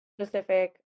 specific